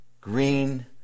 green